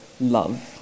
love